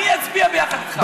אני אצביע ביחד איתך.